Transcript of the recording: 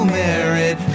merit